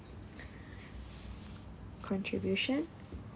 contribution